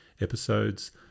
episodes